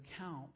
account